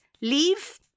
leave